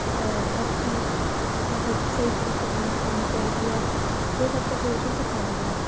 हर चीज मतलब स्हेई तरीके कन्नै करनी चाहिदी ऐ ओह् सब कुछ ओह्दे च सखाए दा ऐ